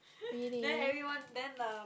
really